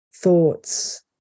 thoughts